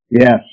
Yes